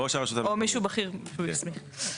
או מישהו בכיר שהוא יסמיך.